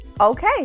Okay